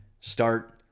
start